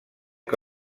que